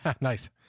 Nice